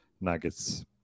Nuggets